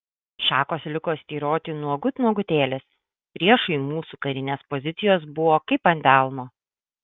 šakos liko styroti nuogut nuogutėlės priešui mūsų karinės pozicijos buvo kaip ant delno